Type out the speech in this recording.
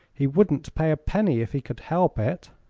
he wouldn't pay a penny if he could help it.